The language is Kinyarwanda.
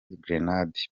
grenade